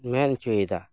ᱢᱮᱱ ᱚᱪᱚᱭᱫᱟ